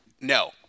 no